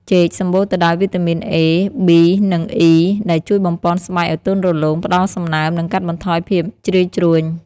ចេក សម្បូរទៅដោយវីតាមីន អេ (A), ប៊ី (B) និង អុី (E) ដែលជួយបំប៉នស្បែកឲ្យទន់រលោង ផ្តល់សំណើម និងកាត់បន្ថយភាពជ្រីវជ្រួញ។